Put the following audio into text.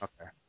Okay